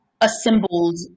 assembled